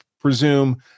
presume